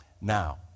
now